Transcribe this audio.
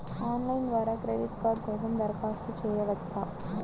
Online ద్వారా credit card కోసం దరఖాస్తు చేయవచ్చా?